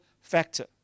factor